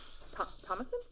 Thomason